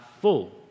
full